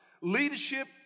Leadership